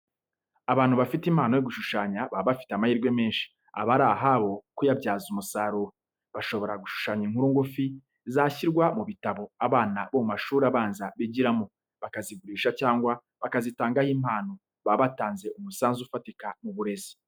Abantu bafite impano yo gushushanya baba bafite amahirwe menshi, aba ari ahabo kuyabyaza umusaruro, bashobora gushushanya inkuru ngufi, zashyirwa mu bitabo abana bo mu mashuri abanza bigiramo, bakazigurisha cyangwa bakazitangaho impano, baba batanze umusanzu ufatika mu burezi .